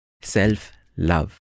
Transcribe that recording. Self-love